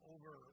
Over